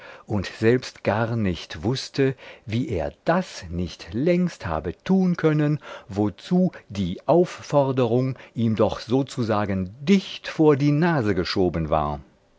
und selbst gar nicht wußte wie er das nicht längst habe tun können wozu die aufforderung ihm doch sozusagen dicht vor die nase geschoben war